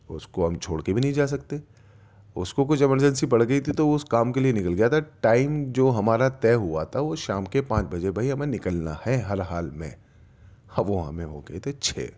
اس کو ہم چھوڑ کے بھی نہیں جا سکتے اس کو کچھ ایمرجنسی پڑ گئی تھی تو وہ اس کام کے لئے نکل گیا تھا ٹائم جو ہمارا طے ہوا تھا وہ شام کے پانچ بجے بھائی ہمیں نکلنا ہے ہر حال میں اب وہ ہمیں ہو گئے تھے چھ